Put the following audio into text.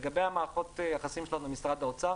לגבי מערכות היחסים שלנו עם משרד האוצר